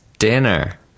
Dinner